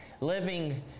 Living